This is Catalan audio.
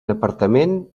apartament